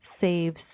saves